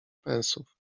pensów